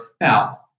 Now